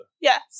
yes